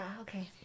okay